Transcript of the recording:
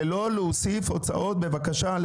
בבקשה,